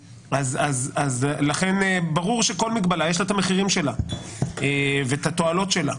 לכן ברור שלכל מגבלה יש את המחירים שלה והתועלות שלה.